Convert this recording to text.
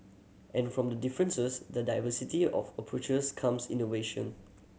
and from the differences the diversity of approaches comes innovation